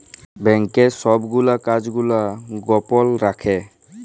ব্যাংকের ছব গুলা কাজ গুলা গপল রাখ্যে